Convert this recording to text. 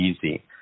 easy